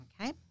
Okay